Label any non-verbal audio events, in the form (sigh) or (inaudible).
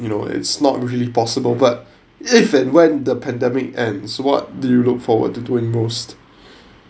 you know it's not really possible but if and when the pandemic ends what do you look forward to doing most (breath)